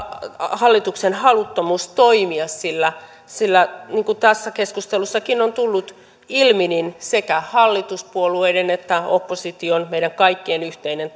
hallituksen haluttomuus toimia sillä sillä niin kuin tässä keskustelussakin on tullut ilmi sekä hallituspuolueiden että opposition meidän kaikkien yhteinen